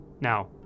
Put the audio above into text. Now